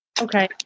okay